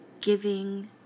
giving